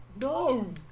no